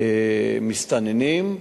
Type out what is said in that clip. נכנסים מסתננים,